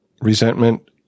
resentment